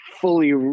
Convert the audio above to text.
fully